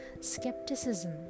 skepticism